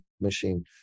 machine